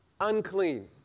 unclean